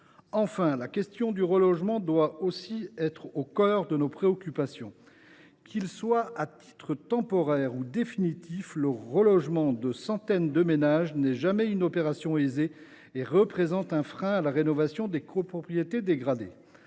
la question du relogement doit, elle aussi, être au cœur de nos préoccupations. Qu’il s’effectue à titre temporaire ou définitif, le relogement de centaines de ménages n’est jamais une opération aisée et représente un frein à la rénovation des copropriétés dégradées.